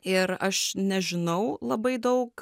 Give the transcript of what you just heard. ir aš nežinau labai daug